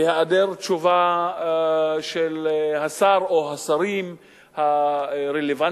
בהיעדר תשובה של השר או השרים הרלוונטיים,